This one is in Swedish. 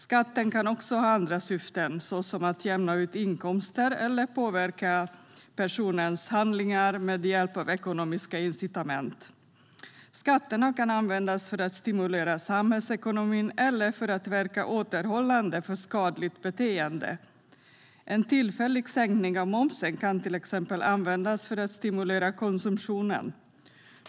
Skatten kan också ha andra syften, såsom att jämna ut inkomster eller påverka personers handlingar med hjälp av ekonomiska incitament. Skatterna kan användas för att stimulera samhällsekonomin eller verka återhållande för skadligt beteende. En tillfällig sänkning av momsen kan till exempel användas för att stimulera konsumtionen.